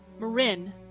Marin